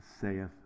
saith